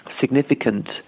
significant